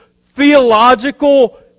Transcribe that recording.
theological